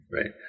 right